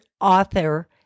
author